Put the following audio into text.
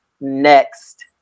next